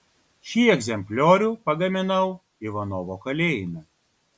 šį egzempliorių pagaminau ivanovo kalėjime